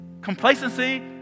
complacency